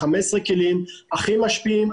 15 כלים הכי משפיעים,